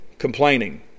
complaining